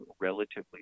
relatively